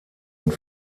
und